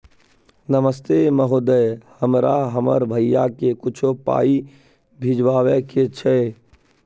नमस्ते महोदय, हमरा हमर भैया के कुछो पाई भिजवावे के छै?